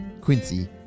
Quincy